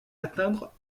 atteindre